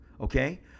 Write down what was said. okay